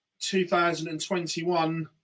2021